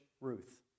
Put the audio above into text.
Ruth